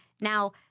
Now